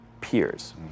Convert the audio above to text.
peers